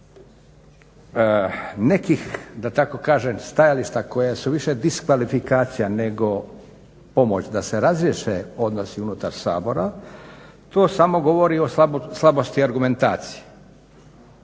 nekih da tako kažem stajališta koja su više diskvalifikacija nego pomoć da se razriješe odnosi unutar Sabora, to samo govori o slabosti argumentacije.